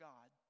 God